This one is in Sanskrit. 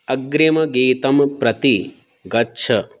अग्रिमगीतं प्रति गच्छ